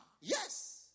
Yes